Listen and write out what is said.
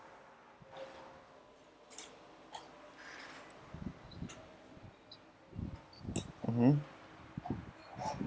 mmhmm